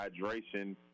hydration